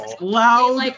Loud